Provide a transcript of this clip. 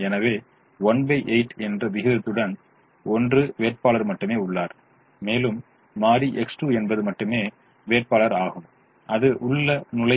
எனவே 18 என்ற விகிதத்துடன் 1 வேட்பாளர் மட்டுமே உள்ளார் மேலும் மாறி X2 என்பது மட்டுமே வேட்பாளர் ஆகும் அது உள்ள நுழையும்